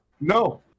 No